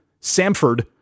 Samford